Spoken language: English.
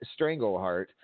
Strangleheart